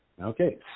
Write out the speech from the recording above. Okay